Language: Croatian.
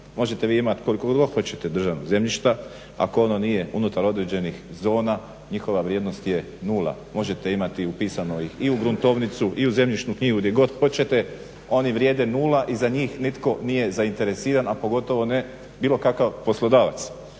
Možete vi imati koliko god vi hoćete državnog zemljišta ako ono nije unutar određenih zona njihova vrijednost je nula. Možete imati upisano ih i u gruntovnicu i u zemljišnu knjigu, gdje god hoćete, oni vrijede nula i za njih nitko nije zainteresiran a pogotovo ne bilo kakav poslodavac.